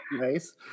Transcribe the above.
Nice